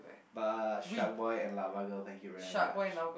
but shark boy and lava girl thank you very much